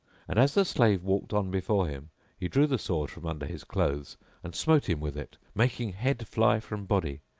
and as the slave walked on before him he drew the sword from under his clothes and smote him with it, making head fly from body.